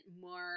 more